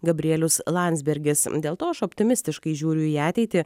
gabrielius landsbergis dėl to aš optimistiškai žiūriu į ateitį